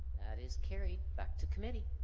that is carried back to committee